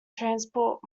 transport